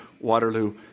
Waterloo